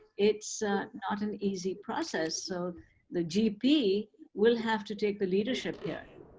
it's not an easy process. so the gp will have to take the leadership here.